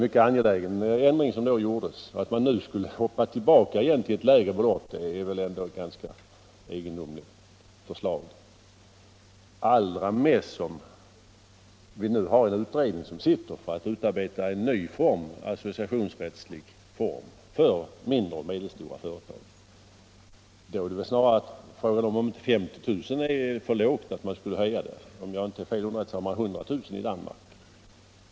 Förslaget att nu gå tillbaka till ett lägre belopp är egendomligt, allra helst som en utredning har tillsatts för att utarbeta en ny associationsrättslig form för mindre och medelstora företag. Frågan är väl snarare om inte 50 000 är en för lågt satt gräns och om man inte borde höja den. Om jag inte är felunderrättad ligger den i Danmark på 100 000 kr.